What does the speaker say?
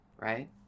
right